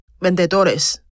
vendedores